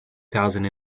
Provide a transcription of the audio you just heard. thousand